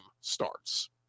starts